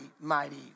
mighty